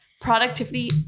productivity